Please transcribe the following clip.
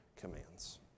commands